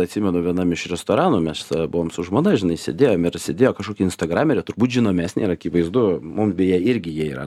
atsimenu vienam iš restoranų mes buvom su žmona žinai sėdėjom ir sėdėjo kažkokia instagramerė turbūt žinomesnė ir akivaizdu mum beje irgi jie yra